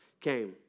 came